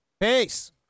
peace